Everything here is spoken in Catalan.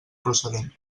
procedent